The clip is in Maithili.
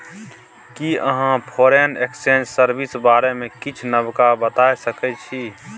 कि अहाँ फॉरेन एक्सचेंज सर्विस बारे मे किछ नबका बता सकै छी